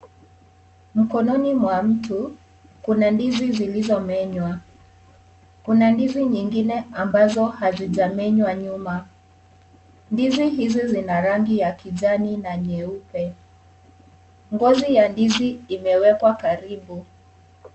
Mkononi mwa mtu kuna ndizi zilizo menywa. Kuna ndizi zingine ambazo hazijamenywa nyuma. Ndizi hizi zina angi ya kijani na nyeupe. Ngozi ya ndizi imewekwa karibu.